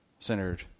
centered